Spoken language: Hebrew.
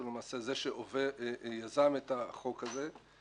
שהוא למעשה זה שיזם את החוק הזה.